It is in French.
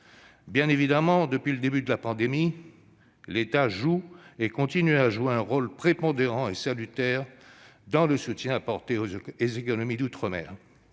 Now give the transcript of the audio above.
Évidemment, depuis le début de la pandémie, l'État a joué et continue de jouer un rôle prépondérant et salutaire dans le soutien apporté aux économies d'outre-mer.